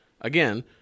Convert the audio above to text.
again